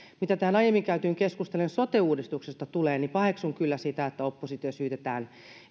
mitä tähän aiemmin käytyyn keskusteluun sote uudistuksesta tulee niin paheksun kyllä sitä että oppositiota syytetään